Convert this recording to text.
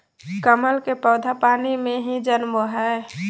कमल के पौधा पानी में ही जन्मो हइ